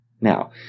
Now